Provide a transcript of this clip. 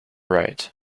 right